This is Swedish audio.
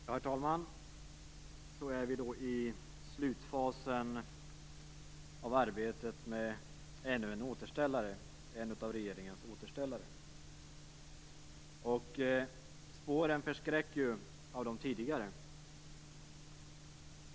Herr talman! Vi är nu framme vid slutfasen i arbetet med ännu en av regeringens återställare. Spåren från de tidigare förskräcker ju.